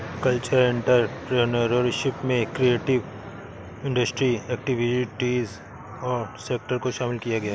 cultural entrepreneurship में creative industry activities और sector को शामिल किया गया है